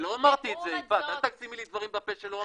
אל תחזק את דבריה, תן לה לדבר.